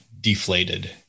deflated